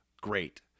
great